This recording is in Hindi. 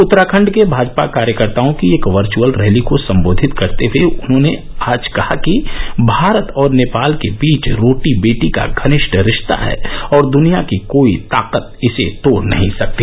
उत्तराखंड के भाजपा कार्यकर्ताओं की एक वर्चअल रैली को संबोधित करते हुए आज उन्होंने कहा कि भारत और नेपाल के बीच रोटी बेटी का घनिष्ठे रिश्तां है और द्निया की कोई ताकत इसे तोड़ नहीं सकती